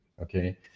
okay